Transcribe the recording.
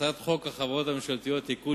הצעת חוק החברות הממשלתיות (תיקון,